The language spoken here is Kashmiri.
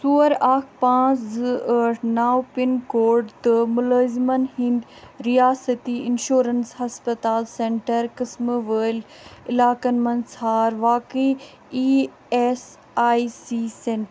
ژور اکھ پانٛژھ زٕ ٲٹھ نو پَِن کوڈ تہٕ مُلٲزِمن ہنٛدۍ رِیٲستی اِنشورَنس ہسپَتال سینٹر قٕسمہٕ وٲلۍ علاقن مَنٛز ژھار واقی E S I C centre